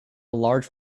large